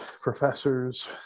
professors